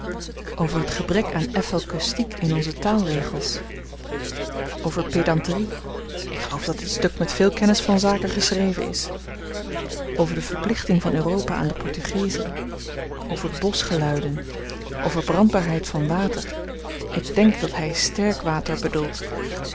over het gebrek aan ephelkustiek in onze taalregels over pedanterie ik geloof dat dit stuk met veel kennis van zaken geschreven is over de verplichting van europa aan de portugezen over boschgeluiden over brandbaarheid van water ik denk dat hy sterk water bedoelt